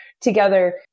together